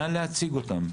נא להציג אותם.